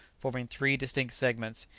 forming three distinct segments,